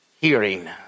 hearing